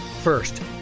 First